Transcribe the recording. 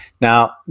Now